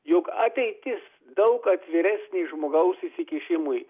jog ateitis daug atviresnė žmogaus įsikišimui